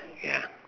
ya